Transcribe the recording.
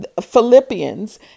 Philippians